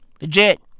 Legit